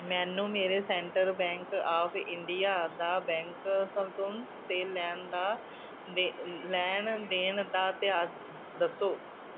ਮੈਨੂੰ ਮੇਰੇ central bank of India ਦਾ ਬੈਂਕ ਸੰਤੁਲਨ ਤੇ ਲੈਣ ਦਾ ਲੈਣ ਦੇਣ ਦਾ ਇਤਿਹਾਸ ਦੱਸੋ